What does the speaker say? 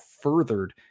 furthered